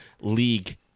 league